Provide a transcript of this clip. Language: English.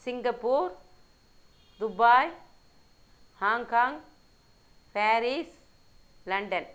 Singapore Dubai Hong Kong Paris London